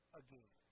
again